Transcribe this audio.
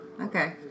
Okay